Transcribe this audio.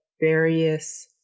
various